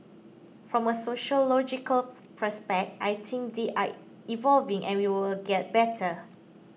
from a sociological perspective I think they are evolving and we will get better